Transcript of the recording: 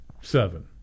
Seven